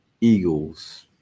Eagles